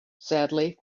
sadly